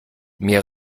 mir